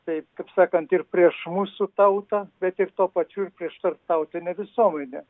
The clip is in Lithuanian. taip kaip sakant ir prieš mūsų tautą bet ir tuo pačiu ir prieš tarptautinę visovaidę